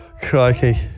crikey